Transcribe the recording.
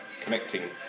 connecting